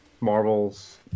Marvel's